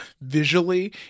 visually